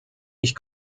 ich